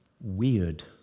weird